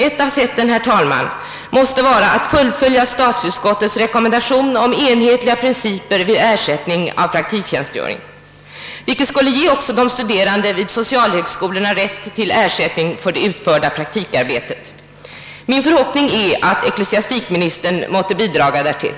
Ett av sätten, herr talman, måste vara att fullfölja statsutskottets rekommendation om enhetliga principer vid ersättning av praktiktjänstgöring, vilket skulle ge också de studerande vid socialhögskolorna rätt till ersättning för det utförda praktikarbetet. Min förhoppning är att ecklesiastikministern måtte bidraga därtill.